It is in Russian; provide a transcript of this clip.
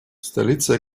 столица